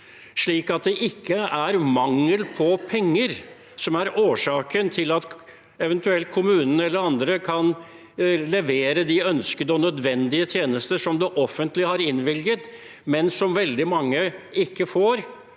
slik at det ikke er mangel på penger som er årsaken til at kommunene eller eventuelt andre ikke kan levere de ønskede og nødvendige tjenester som det offentlige har innvilget, men som veldig mange ikke får,